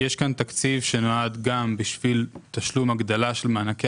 יש כאן תקציב שנועד גם בשביל תשלום הגדלה של מענקי